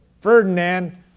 Ferdinand